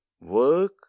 Work